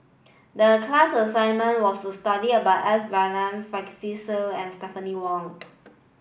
the class assignment was to study about S Varathan Francis Seow and Stephanie Wong